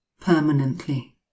permanently